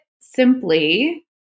simply